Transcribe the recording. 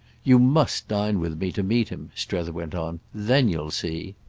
you must dine with me to meet him, strether went on. then you'll see